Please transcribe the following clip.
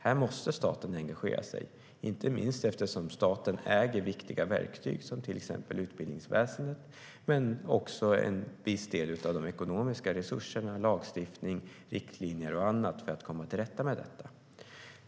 Här måste staten engagera sig, inte minst eftersom staten äger viktiga verktyg, som utbildningsväsendet, men också en viss del av de ekonomiska resurserna, lagstiftning, riktlinjer och annat för att komma till rätta med detta.